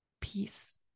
peace